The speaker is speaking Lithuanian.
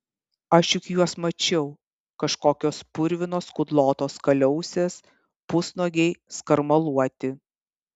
aš juk juos mačiau kažkokios purvinos kudlotos kaliausės pusnuogiai skarmaluoti